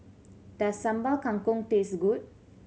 does Sambal Kangkong taste good